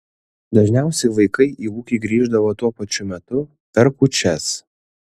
dažniausiai vaikai į ūkį grįždavo tuo pačiu metu per kūčias